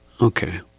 Okay